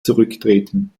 zurücktreten